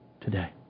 today